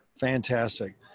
fantastic